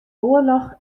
oarloch